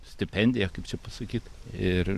stipendiją kaip čia pasakyt ir